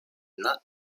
not